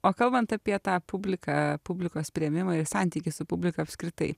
o kalbant apie tą publiką publikos priėmimą ir santykį su publika apskritai